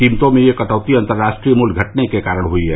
कीमतों में यह कटौती अंतर्राष्ट्रीय मूल्य घटने के कारण हुई है